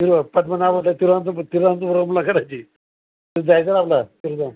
तिथे पद्मनाभला तिरुपती तिरुवांतपुरमला करायची तर जायचं आपलं तिर